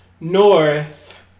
North